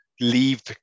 leave